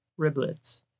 riblets